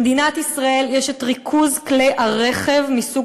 במדינת ישראל יש ריכוז כלי הרכב מסוג